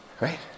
Right